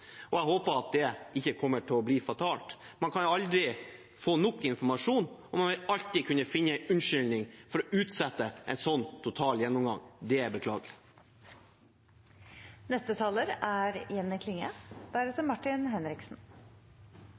Jeg håper at det ikke blir fatalt. Man kan aldri få nok informasjon, og man vil alltid kunne finne en unnskyldning for å utsette en sånn total gjennomgang. Det er beklagelig. Det er interessant å høyre på debatten, for synet vårt på totalberedskap er